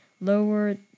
lower